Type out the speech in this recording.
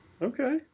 Okay